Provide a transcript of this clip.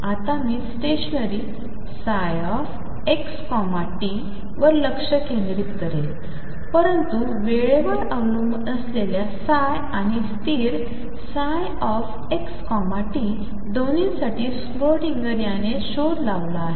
आत्ता मी stationary ψxt वर लक्ष केंद्रित करेन परंतु वेळेवर अवलंबून असलेल्या ψ आणि स्थिर ψxt दोन्हीसाठी स्क्रोडिंगर याने शोध लावला आहे